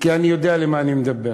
כי אני יודע על מה אני מדבר: